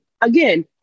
again